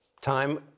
time